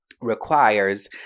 requires